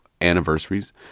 anniversaries